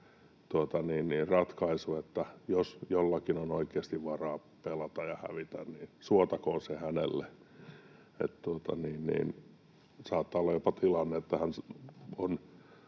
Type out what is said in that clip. ratkaisu. Jos jollakin on oikeasti varaa pelata ja hävitä, niin suotakoon se hänelle. Saattaa olla jopa tilanne, että jos